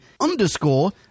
underscore